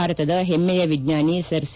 ಭಾರತದ ಹೆಮ್ಮೆಯ ವಿಜ್ಞಾನಿ ಸರ್ ಸಿ